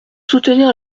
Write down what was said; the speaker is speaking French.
soutenir